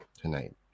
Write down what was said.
tonight